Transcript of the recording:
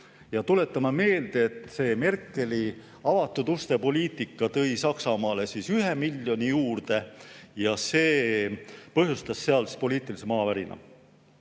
Tuletame meelde, et Merkeli avatud uste poliitika tõi Saksamaale 1 miljoni juurde ja see põhjustas seal poliitilise maavärina.